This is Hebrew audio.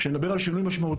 כשאני מדבר על שינוי משמעותי,